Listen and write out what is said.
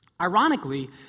Ironically